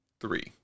three